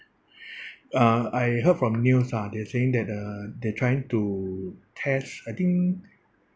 uh I heard from news ah they're saying that uh they're trying to test I think